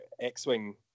X-Wing